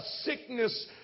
sickness